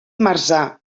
marzà